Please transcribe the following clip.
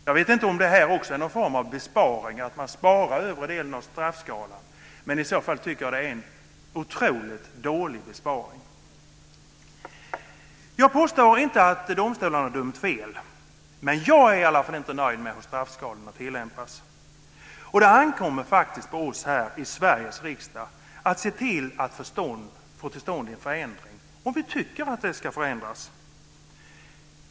Jag vet inte om det också är någon form av besparing, att man sparar övre delen av straffskalan, i så fall tycker jag att det är en otroligt dålig besparing. Jag påstår inte att domstolarna dömt fel, men jag är inte nöjd med hur straffskalan tillämpas. Det ankommer faktiskt på oss här i Sveriges riksdag att se till att få till stånd en förändring om vi tycker att det ska förändras.